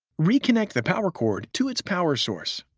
reconnect the power cord to its power source.